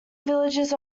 villages